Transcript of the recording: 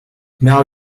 now